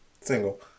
Single